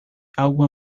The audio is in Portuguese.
alguma